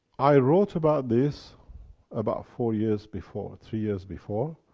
i wrote about this about four years before, three years, before,